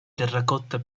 terracotta